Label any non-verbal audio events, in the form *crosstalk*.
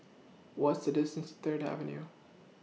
*noise* What IS The distance to Third Avenue *noise*